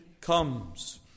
comes